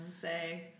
say